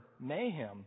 mayhem